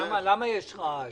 מה שכן,